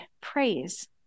praise